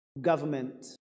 government